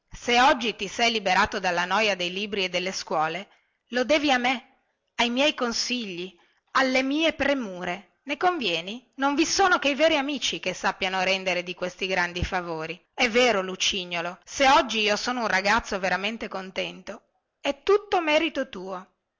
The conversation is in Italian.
se oggi ti sei liberato dalla noia dei libri e delle scuole lo devi a me ai miei consigli alle mie premure ne convieni non vi sono che i veri amici che sappiano rendere di questi grandi favori è vero lucignolo se oggi io sono un ragazzo veramente contento è tutto merito tuo